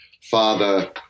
father